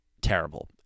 terrible